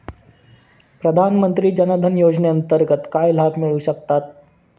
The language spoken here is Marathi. प्रधानमंत्री जनधन योजनेअंतर्गत काय लाभ मिळू शकतात?